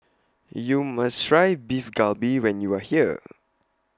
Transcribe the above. YOU must Try Beef Galbi when YOU Are here